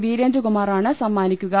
വീരേന്ദ്രകുമാറാണ് സമ്മാനി ക്കുക